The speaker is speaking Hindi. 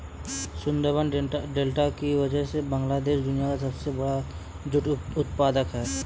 सुंदरबन डेल्टा की वजह से बांग्लादेश दुनिया का सबसे बड़ा जूट उत्पादक है